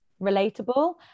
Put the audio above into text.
relatable